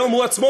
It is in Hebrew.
היום הוא עצמו,